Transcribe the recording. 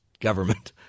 government